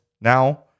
now